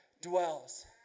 dwells